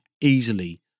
easily